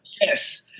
Yes